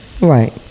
Right